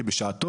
כי בשעתו,